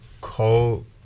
Cold